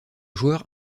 joueur